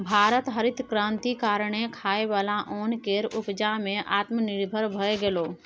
भारत हरित क्रांति कारणेँ खाइ बला ओन केर उपजा मे आत्मनिर्भर भए गेलै